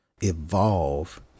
evolve